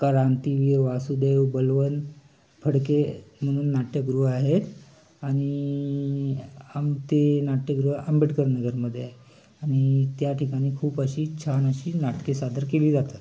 क्रांतिवीर वासुदेव बळवंत फडके म्हणून नाट्यगृह आहे आणि आम ते नाट्यगृह आंबेडकर नगरमध्ये आहे आणि त्या ठिकाणी खूप अशी छान अशी नाटके सादर केली जातात